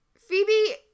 Phoebe